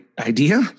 idea